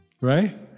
right